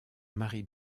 marie